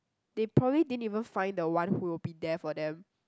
they probably didn't even find the one who will be there for them